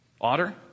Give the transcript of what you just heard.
Otter